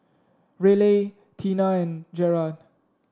Raleigh Tina and Gerard